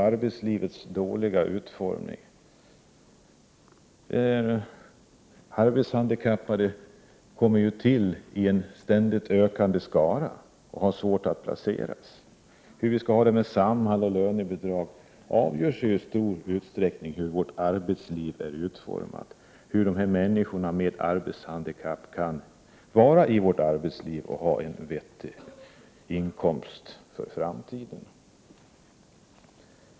De arbetshandikappade utgör en ständigt ökande skara som det är svårt att placera. Hur vi skall ha det med Samhall och lönebidrag avgörs i stor utsträckning av hur vårt arbetsliv är utformat, av hur människorna med arbetshandikapp kan klara sig i vårt arbetsliv och om de får en vettig inkomst för framtiden.